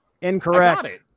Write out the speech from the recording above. Incorrect